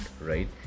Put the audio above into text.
right